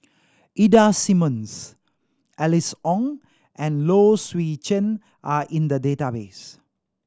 Ida Simmons Alice Ong and Low Swee Chen are in the database